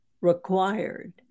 required